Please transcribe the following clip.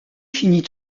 finit